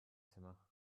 fatima